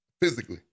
physically